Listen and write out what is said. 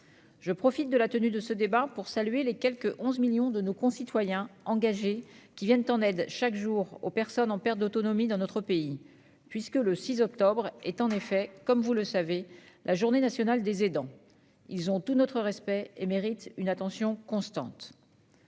Je profite de la tenue de ce débat pour saluer les quelque 11 millions de nos concitoyens engagés qui viennent en aide chaque jour aux personnes en perte d'autonomie dans notre pays. Le 6 octobre est, comme vous le savez, la journée nationale des aidants. Ceux-ci ont tout notre respect et méritent une attention constante.